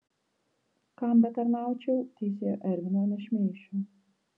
kam betarnaučiau teisėjo ervino nešmeišiu